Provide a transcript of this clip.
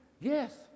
Yes